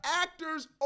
actors